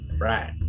Right